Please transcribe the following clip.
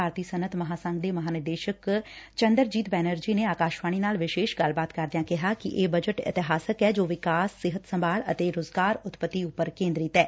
ਭਾਰਤੀ ਸੱਨਅਤ ਮਹਾਸੰਘ ਦੇ ਮਹਾ ਨਿਦੇਸ਼ਕ ਚੰਦਰਜੀਤ ਬੈਨਰਜੀ ਨੇ ਆਕਾਸ਼ਵਾਣੀ ਨਾਲ ਵਿਸ਼ੇਸ਼ ਗੱਲਬਾਤ ਕਰਦਿਆਂ ਕਿਹਾ ਕਿ ਇਹ ਬਜਟ ਇਤਿਹਾਸਕ ਐ ਜੋ ਵਿਕਾਸ ਸਿਹਤ ਸੰਭਾਲ ਅਤੇ ਰੁਜ਼ਗਾਰ ਉਤਪਤੀ ਉਪਰ ਕੇਦਰਿਤ ਐ